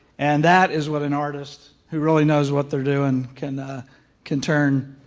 and that is what an artist who really knows what they're doing can ah can turn